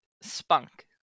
spunk